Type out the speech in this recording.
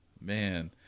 man